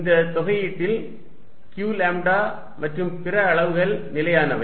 இந்தத் தொகையீட்டில் q lambda மற்றும் பிற அளவுகள் நிலையானவை